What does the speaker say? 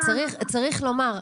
צריך לומר,